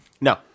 No